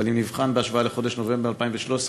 אבל אם נבחן בהשוואה לחודש נובמבר 2013,